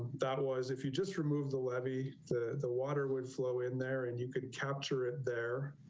that was if you just remove the levee the the water would flow in there and you could capture it there.